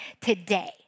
today